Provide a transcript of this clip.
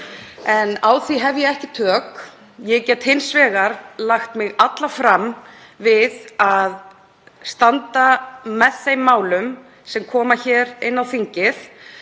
en á því hef ég ekki tök. Ég get hins vegar lagt mig alla fram við að standa með þeim málum sem koma hér inn á þingið